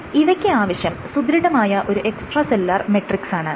ഇനി ഇവയ്ക്ക് ആവശ്യം സുദൃഢമായ ഒരു എക്സ്ട്രാ സെല്ലുലാർ മെട്രിക്സാണ്